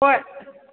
ꯍꯣꯏ